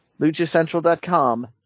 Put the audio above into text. LuchaCentral.com